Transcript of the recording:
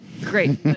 Great